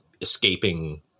escaping